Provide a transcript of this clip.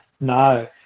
no